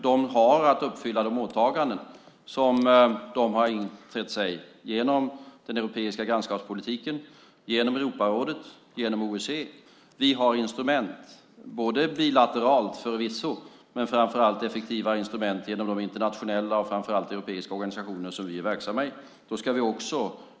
De har att uppfylla de åtaganden som de har gjort genom den europeiska grannskapspolitiken, Europarådet, OSSE. Vi har instrument, förvisso bilateralt, men effektiva instrument genom de internationella och europeiska organisationer som vi är verksamma i.